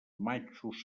matxos